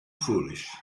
foolish